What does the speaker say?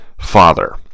father